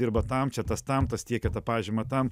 dirba tam čia tas tam tas tiekia tą pažymą tam